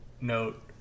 note